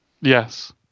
Yes